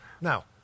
Now